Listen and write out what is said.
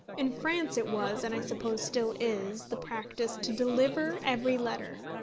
in france it was, and i suppose still is, the practice to deliver every letter.